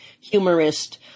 humorist